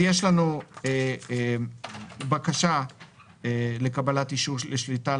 בקשה לקבלת אישור לשליטה,